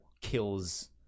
kills